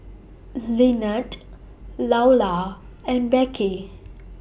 Lynnette Loula and Beckie